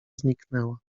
zniknęła